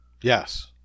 Yes